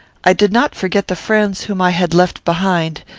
i did not forget the friends whom i had left behind,